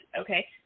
okay